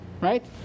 right